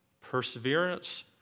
Perseverance